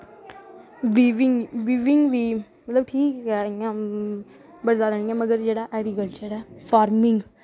viewing बी मतलव ठीक गै इ'यां बड़ी जैदा निं ऐ मगर जेह्ड़ा ऐग्रीकल्चर ऐ फार्मिंग